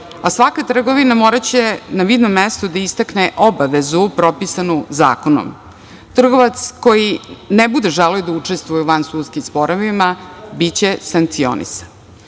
a svaka trgovina moraće na vidnom mestu da istakne obavezu propisanu zakonom. Trgovci koji ne budu želeli da učestvuju u vansudskim sporovima biće sankcionisani. Novim